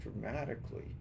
dramatically